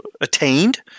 attained